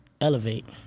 elevate